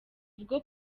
ubwo